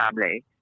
family